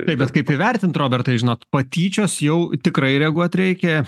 taip bet kaip įvertint robertai žinot patyčios jau tikrai reaguot reikia